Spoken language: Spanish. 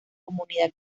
comunidad